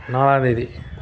நாலாம் தேதி